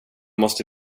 måste